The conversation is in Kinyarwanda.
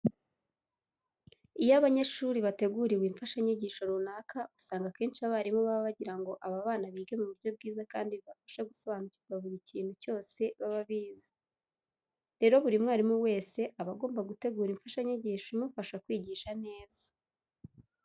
Iyo abanyeshuri bateguriwe imfashanyigisho runaka usanga akenshi abarimu baba bagira ngo aba bana bige mu buryo bwiza kandi bibafashe gusobanukirwa buri kintu cyose baba bize. Rero buri mwarimu wese aba agomba gutegura imfashanyigisho imufasha kwigisha neza.